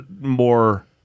more